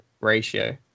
ratio